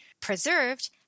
preserved